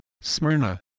Smyrna